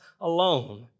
alone